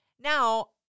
Now